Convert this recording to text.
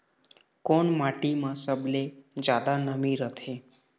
कोन माटी म सबले जादा नमी रथे?